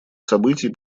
событий